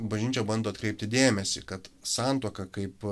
bažnyčia bando atkreipti dėmesį kad santuoka kaip